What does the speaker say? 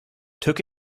took